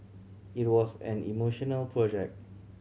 it was an emotional project